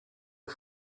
are